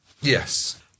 Yes